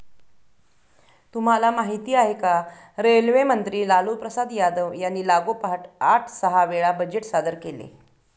तुम्हाला माहिती आहे का? रेल्वे मंत्री लालूप्रसाद यादव यांनी लागोपाठ आठ सहा वेळा बजेट सादर केले